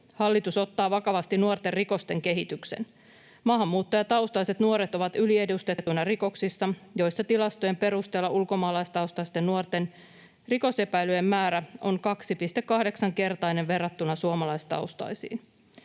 Hallitus ottaa vakavasti nuorten rikosten kehityksen. Maahanmuuttajataustaiset nuoret ovat yliedustettuina rikoksissa, kun tilastojen perusteella ulkomaalaistaustaisten nuorten rikosepäilyjen määrä on 2,8-kertainen verrattuna suomalaistaustaisiin.